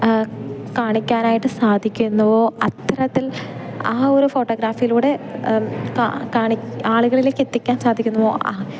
കാണിക്കാനായിട്ട് സാധിക്കുന്നുവോ അത്തരത്തിൽ ആ ഒരു ഫോട്ടോഗ്രാഫിയിലൂടെ കാണി ആളുകളിലേക്കെത്തിക്കാൻ സാധിക്കുന്നുവോ